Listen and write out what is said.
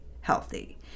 healthy